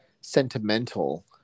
sentimental